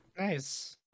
Nice